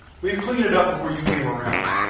we've cleaned it up before you came around.